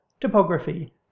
topography